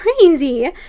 crazy